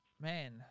man